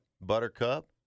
Buttercup